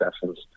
sessions